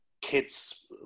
kids